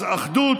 אז אחדות,